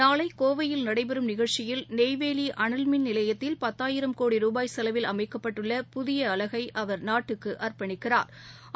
நாளைகோவையில் நடைபெறும் நிகழ்ச்சியில் நெய்வேலிஅனல் மின் நிலையத்தில் பத்தாயிரம் கோடி ரூபாய் செலவில் அமைக்கப்பட்டுள்ள புதியஅலகைபிரதமா் நாட்டுக்குஅாப்பணிக்கிறாா்